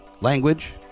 language